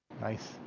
nice